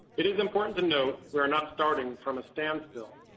it is important to note, we're not starting from a standstill.